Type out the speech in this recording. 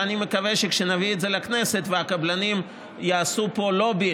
ואני מקווה שכאשר נביא את זה לכנסת והקבלנים יעשו פה לובי